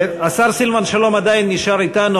השר סילבן שלום עדיין נשאר אתנו,